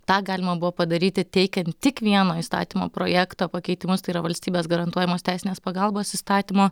tą galima buvo padaryti teikiant tik vieno įstatymo projekto pakeitimus tai yra valstybės garantuojamos teisinės pagalbos įstatymo